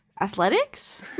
athletics